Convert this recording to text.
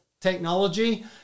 technology